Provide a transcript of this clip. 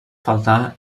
faltar